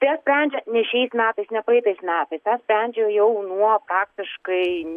tai jie sprendžia nes šiais metais ne praeitais metais tą sprendžia jau nuo praktiškai